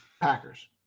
Packers